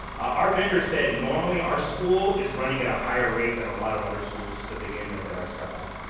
our vendor said normally, our school is running at a higher rate than a lot of other schools to begin with at our size.